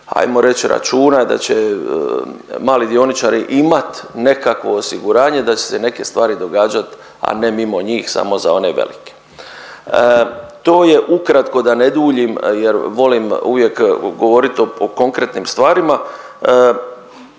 ajmo reć, računa da će mali dioničari imat nekakvo osiguranje, da će se neke stvari događat, a ne mimo njih, samo za one velike. To je ukratko da ne duljim jer volim uvijek govoriti o konkretnim stvarima.